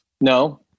No